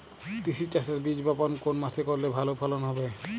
তিসি চাষের বীজ বপন কোন মাসে করলে ভালো ফলন হবে?